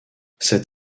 c’est